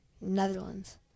Netherlands